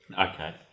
Okay